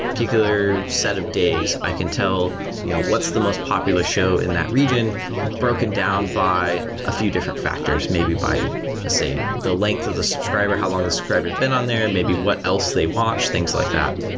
particular set of days, i can tell you know what's the most popular show in that region broken down by a few different factors, maybe by ah say the length of the subscriber, how the long the subscriber has been on there. maybe what else they watch. things like that.